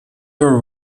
were